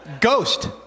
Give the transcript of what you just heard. Ghost